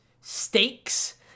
stakes